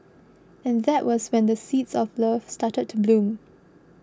and that was when the seeds of love started to bloom